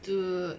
dude